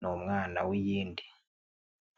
ni umwana w'iyindi.